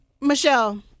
Michelle